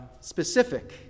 specific